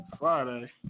Friday